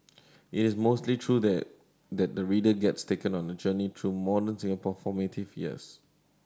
it is mostly through that that the reader gets taken on a journey through modern Singapore formative years